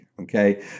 Okay